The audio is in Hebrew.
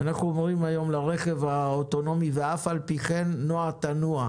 אנחנו אומרים היום לרכב האוטונומי: "ואף על פי כן נוע תנוע".